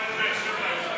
(שלי יחימוביץ) לסעיף תקציבי 05, משרד האוצר,